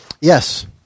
Yes